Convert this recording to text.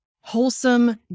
wholesome